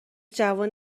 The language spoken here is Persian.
جوان